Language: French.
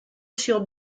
sur